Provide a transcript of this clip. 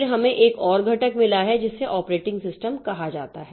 फिर हमें एक और घटक मिला है जिसे ऑपरेटिंग सिस्टम कहा जाता है